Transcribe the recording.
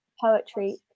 poetry